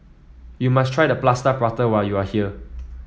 you must try Plaster Prata when you are here